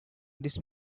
this